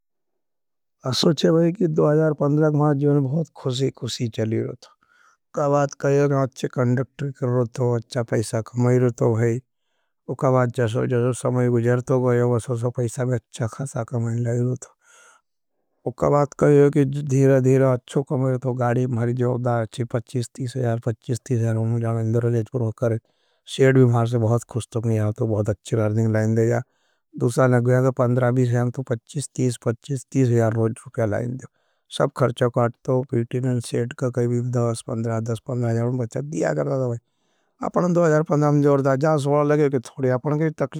अशोचे भाई कि दो हजार पंद्रह मारे जीवने बहुत खुशी खुशी चली रोता। का बात कहियो ना अच्छे कंडॉक्टर करो तो अच्छा पैसा कमही रोता भाई। उका बात जसो जसो समय गुझरतो गयो अशोचो पैसा में अच्छा ख़सा कमही रोता। उका बात कहियो ना धीरा धीरा अच्छो कंडॉक्टर करो तो गाड़ी महरी जीवने पच्चीस तीस हजार होने जाना है। इन्दरलेज़पुरोखर सेड़ भी मारे से बहुत खुशत हैं। यहाँ तो बहुत अच्छी रार्डिंग लाइन देजा। दुसरा लग गया है तो पंद्रह, बीस हैं तो पच्चीस, तीस, पच्चीस, तीस हजार होने जाना है लाइन देजा। सब खरचकाट तो पीटिन और सेड का कई भी दस पंद्रह, दस, पंद्रह हजार बचट दिया करता था भाई। आपनें दो हजार पंद्रह में ज़वर्दा जान सोड़ा लगे के थोड़े।